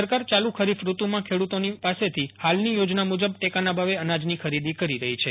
સરકાર યાલુ ખરીફ રૂતુ માં ખેડુતો પાસેથી હાલની યોજના મુજબ ટેકાના ભાવે અનાજની ખરીદી કરી રહી છે